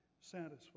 satisfied